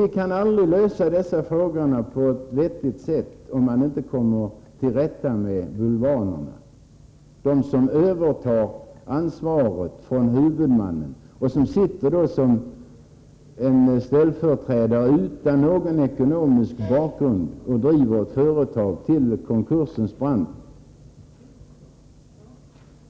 Vi kan aldrig lösa dessa frågor på ett vettigt sätt, om vi inte kommer till rätta med bulvanerna. De övertar ansvaret från huvudmannen och sitter som ställföreträdare utan någon Nr 118 ekonomisk bakgrund samt driver ett företag till konkursens brant.